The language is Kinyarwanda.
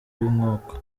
w’inkiko